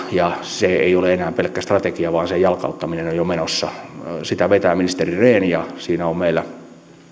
ja se ei ole enää pelkkä strategia vaan sen jalkauttaminen on jo menossa sitä vetää ministeri rehn ja siinä ovat meillä